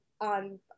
on